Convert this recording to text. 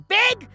big